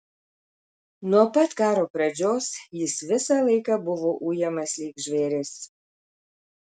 nuo pat karo pradžios jis visą laiką buvo ujamas lyg žvėris